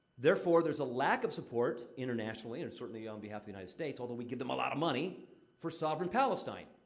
therefore, there's a lack of support internationally and certainly on behalf of the united states, although we give them a lot of money for sovereign palestine.